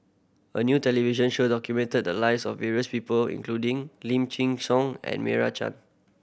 a new television show documented the lives of various people including Lim Chin Siong and Meira Chand